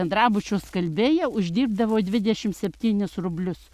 bendrabučio skalbėja uždirbdavo dvidešim septynis rublius